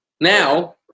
Now